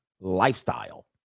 lifestyle